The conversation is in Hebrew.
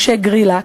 משה גרילק,